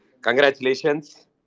congratulations